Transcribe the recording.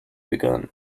begun